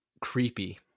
creepy